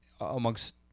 amongst